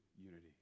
unity